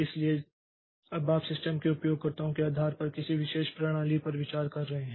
इसलिए जब आप सिस्टम के उपयोगकर्ताओं के आधार पर किसी विशेष प्रणाली पर विचार कर रहे हैं